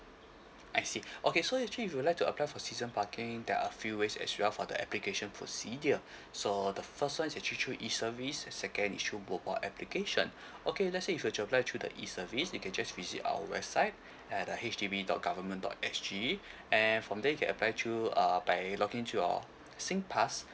I see okay so actually if you would like to apply for season parking there are a few ways that you have for the application procedure so the first one is actually through E service and second is through mobile application okay let say if you were to apply through the E service you can just visit our website at the H D B dot government dot S_G and from there you can apply through uh by login to your singpass